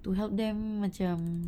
to help them macam